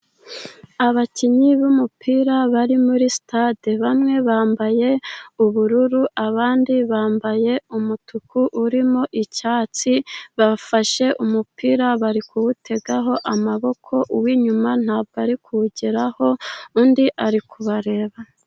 Abakinnyi b'umupira bari muri sitade, bamwe bambaye ubururu abandi bambaye umutuku urimo icyatsi. Bafashe umupira bari kuwutegaho amaboko, uw'inyuma ntabwo ari kuwugeraho, undi ari kubareba.